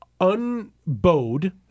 Unbowed